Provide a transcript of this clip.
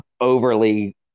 overly